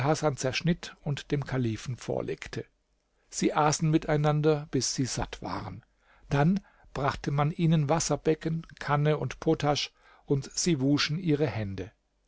zerschnitt und dem kalifen vorlegte sie aßen miteinander bis die satt waren dann brachte man ihnen wasserbecken kanne und potasch und sie wuschen ihre hände